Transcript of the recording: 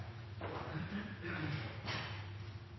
presidenten